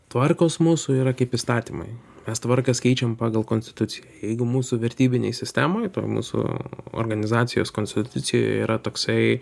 tvarkos mūsų yra kaip įstatymai mes tvarkas keičiam pagal konstituciją jeigu mūsų vertybinėj sistemoj toj mūsų organizacijos konstitucijoje yra toksai